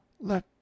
Let